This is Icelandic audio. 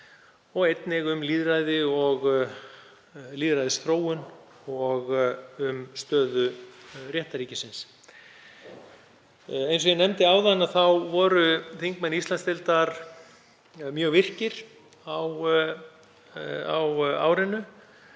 og um lýðræði og lýðræðisþróun og um stöðu réttarríkisins. Eins og ég nefndi áðan voru þingmenn Íslandsdeildar mjög virkir á árinu